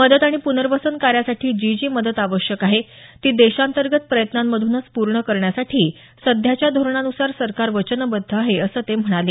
मदत आणि प्नर्वसन कार्यासाठी जी जी मदत आवश्यक आहे ती देशांतर्गत प्रयत्नांमधून पूर्ण करण्यासाठी सध्याच्या धोरणानुसार सरकार वचनबद्ध आहे असं ते म्हणाले